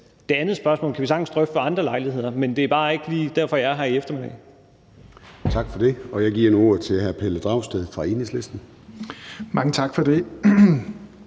Det andet spørgsmål kan vi sagtens drøfte ved andre lejligheder, men det er bare ikke lige derfor, jeg er her i eftermiddag. Kl. 13:35 Formanden (Søren Gade): Tak for det. Jeg giver nu ordet til hr. Pelle Dragsted fra Enhedslisten. Kl. 13:35 Pelle